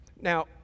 Now